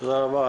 תודה רבה,